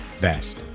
best